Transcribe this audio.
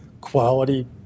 quality